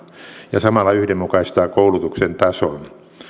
ja samalla yhdenmukaistaa koulutuksen tason